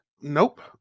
Nope